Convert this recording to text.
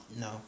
No